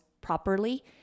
properly